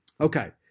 Okay